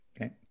Okay